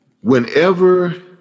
Whenever